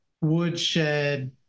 woodshed